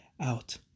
out